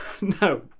No